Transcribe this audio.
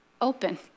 open